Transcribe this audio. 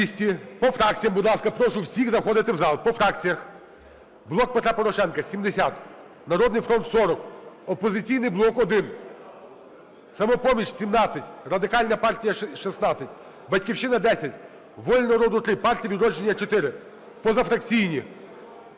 По фракціях, будь ласка. Прошу всіх заходити в зал. По фракціях. "Блок Петра Порошенка" – 70, "Народний фронт" – 40, "Опозиційний блок" – 1, "Самопоміч" – 17, Радикальна партія – 116, "Батьківщина" – 10, "Воля народу" – 3, "Партія "Відродження" – 4, позафракційні,